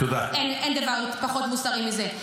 אין דבר פחות מוסרי מזה.